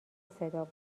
صدا